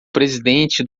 presidente